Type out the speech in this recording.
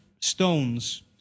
stones